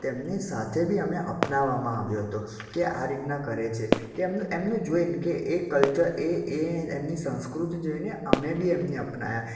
તેમની સાથે બી અમે અપનાવવામાં આવ્યો હતો કે આ રીતના કરે છે કે એમનું જોઈને કે એ એમની સંસ્કૃતિ જોઈને અમે બી એમને અપનાવ્યા